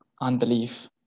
unbelief